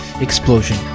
Explosion